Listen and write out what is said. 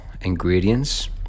ingredients